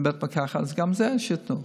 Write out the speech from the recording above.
בבית מרקחת, אז גם את זה שהם ייתנו,